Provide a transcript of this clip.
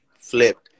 flipped